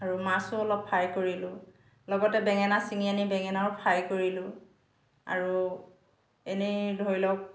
আৰু মাছো অলপ ফ্ৰাই কৰিলোঁ লগতে বেঙেনা ছিঙি আনি বেঙেনাও ফ্ৰাই কৰিলোঁ আৰু এনেই ধৰি লওক